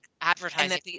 advertising